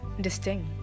distinct